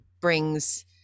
brings